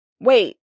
Wait